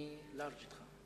אני לארג' אתך.